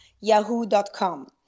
yahoo.com